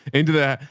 into the,